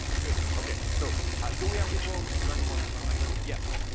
good. okay. so do we have people learning more than one language? yes.